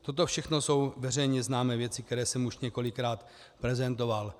Toto všechno jsou veřejně známé věci, které jsem už několikrát prezentoval.